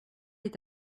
est